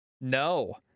No